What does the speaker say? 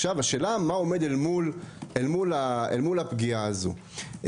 עכשיו השאלה מה עומד אל מול הפגיעה הזו?